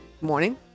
morning